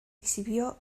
exhibió